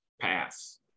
pass